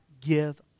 give